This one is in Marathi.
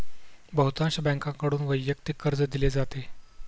बहुतांश बँकांकडून वैयक्तिक कर्ज दिले जाते